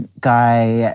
and guy,